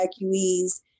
evacuees